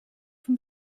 from